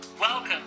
Welcome